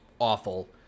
awful